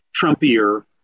trumpier